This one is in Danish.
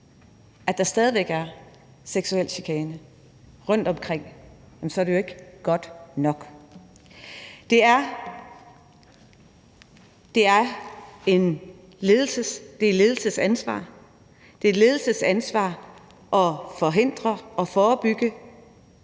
at der stadig væk er seksuel chikane rundtomkring, er det jo ikke godt nok. Det er et ledelsesansvar at forhindre og forebygge